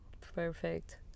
Perfect